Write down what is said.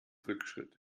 rückschritt